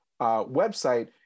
website